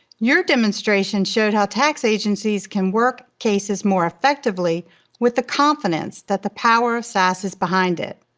your demonstration showed how tax agencies can work cases more effectively with the confidence that the power of sas is behind it.